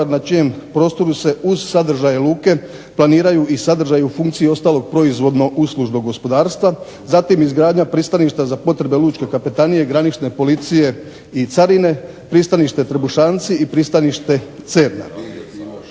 na čijem prostoru se uz sadržaje luke planiraju i sadržaji u funkciji ostalog proizvodno-uslužnog gospodarstva. Zatim izgradnja pristaništa za potrebe Lučke kapetanije, granične policije i carine, pristanište Trbušanci i pristanište Cerna.